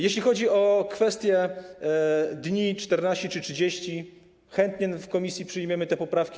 Jeśli chodzi o kwestię dni - 14 czy 30 - chętnie w komisji przyjmiemy te poprawki.